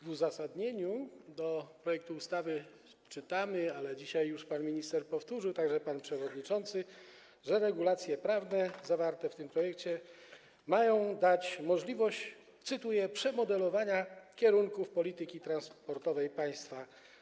W uzasadnieniu projektu ustawy czytamy - dzisiaj już powtórzył to pan minister, a także pan przewodniczący - że regulacje prawne zawarte w tym projekcie mają dać możliwość, cytuję: „przemodelowania kierunków polityki transportowej państwa”